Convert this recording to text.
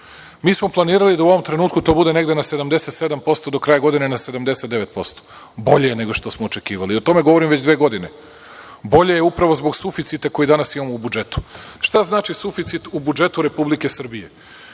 smo planirali da u ovom trenutku to bude negde na 77%, do kraja godine na 79%. Bolje je nego što smo očekivali. O tome govorim već dve godine. Bolje je upravo zbog suficita koji danas imamo u budžetu. Šta znači suficit u budžetu Republike Srbije?